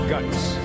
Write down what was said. Guts